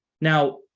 Now